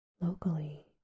Locally